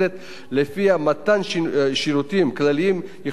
ולפיה מתן שירותים כלליים יכלול הודעות